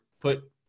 put